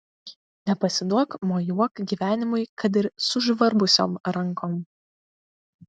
nepasiduok mojuok gyvenimui kad ir sužvarbusiom rankom